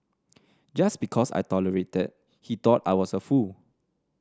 just because I tolerated he thought I was a fool